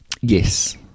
Yes